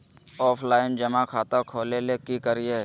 Offline जमा खाता खोले ले की करिए?